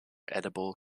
edible